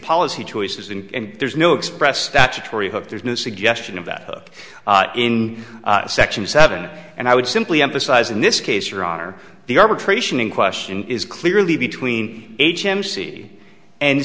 policy choices and there's no express statutory hook there's no suggestion of that book in section seven and i would simply emphasize in this case your honor the arbitration in question is clearly between h m c and